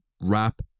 wrap